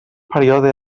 període